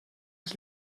els